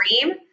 dream